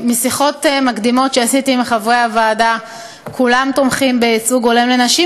משיחות מקדימות שעשיתי עם חברי הוועדה כולם תומכים בייצוג הולם לנשים,